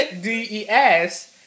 D-E-S